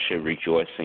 rejoicing